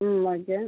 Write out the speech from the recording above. ம் ஓகே